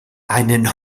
einen